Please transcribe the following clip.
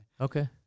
Okay